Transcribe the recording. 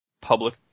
public